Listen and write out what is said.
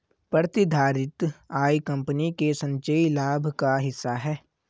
प्रतिधारित आय कंपनी के संचयी लाभ का हिस्सा है